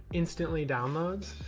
instantly downloads,